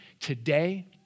today